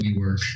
WeWork